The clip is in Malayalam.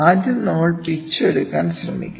ആദ്യം നമ്മൾ പിച്ച് എടുക്കാൻ ശ്രമിക്കും